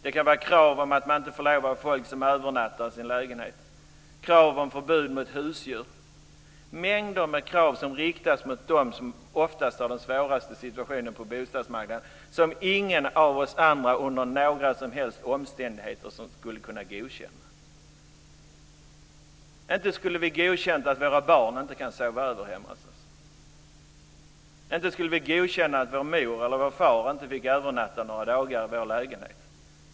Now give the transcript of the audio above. Det kan vara krav om att man inte får lov att ha folk som övernattar i lägenheten, krav om förbud mot husdjur osv. - mängder med krav, som riktas mot dem som oftast har den svåraste situationen på bostadsmarknaden, som ingen av oss andra under några som helst omständigheter skulle kunna godkänna. Inte skulle vi godkänna att våra barn inte kan sova över hemma hos oss! Inte skulle vi godkänna att vår mor eller vår far inte fick övernatta några dagar i vår lägenhet!